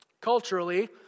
Culturally